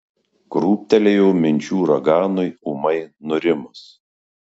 krūptelėjo minčių uraganui ūmai nurimus